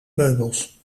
meubels